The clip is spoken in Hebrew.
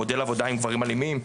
המודל עבודה עם גברים אלימים,